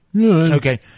Okay